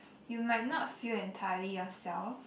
you might not feel entirely yourself